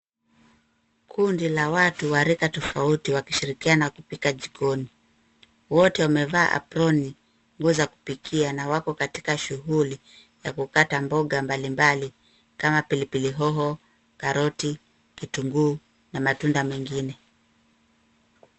Kundi la watu wa rika tofauti wakishirikiana kupika jikoni. Wote wamevaa aproni, nguo za kupikia na wako katika shughuli ya kukata mboga mbalimbali kama pilipili hoho, karoti, kitunguu na matunda mengine.